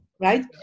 right